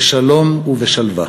בשלום ובשלווה.